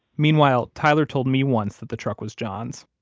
meanwhile, tyler told me once that the truck was john's.